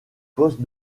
poste